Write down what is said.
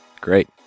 Great